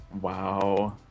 Wow